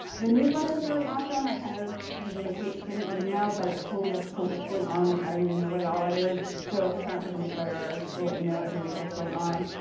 the newsletter is really awesome. i kind of usually hate getting email, but it's cool. we have so much going on, like i don't even know what all it is. so if you sign up for the newsletter, we'll let you know every week what's going on.